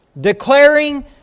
declaring